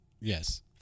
Yes